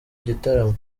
igitaramo